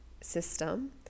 system